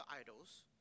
idols